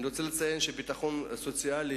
אני רוצה לציין שביטחון סוציאלי